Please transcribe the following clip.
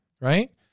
Right